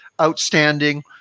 outstanding